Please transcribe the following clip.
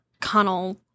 Connell